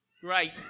great